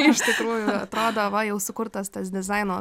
iš tikrųjų atrodo va jau sukurtas tas dizaino